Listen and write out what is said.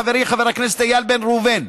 חברי חבר הכנסת איל בן ראובן,